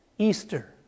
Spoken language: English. Easter